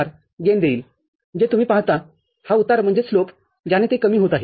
४ गेनदेईल जे तुम्ही पाहता हा उतार ज्याने ते कमी होत आहे